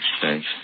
Thanks